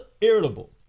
irritable